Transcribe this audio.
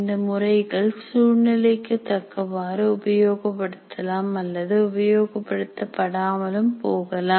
இந்த முறைகள் சூழ்நிலைக்குத் தக்கவாறு உபயோகப்படுத்தலாம் அல்லது உபயோகப்படுத்த படாமலும் போகலாம்